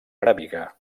aràbiga